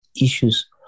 issues